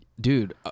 dude